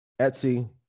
Etsy